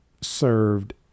served